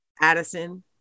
Addison